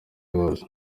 hose